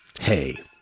hey